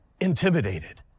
intimidated